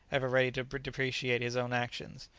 ever ready to depreciate his own actions.